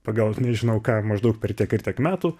pagal nežinau ką maždaug per tiek ir tiek metų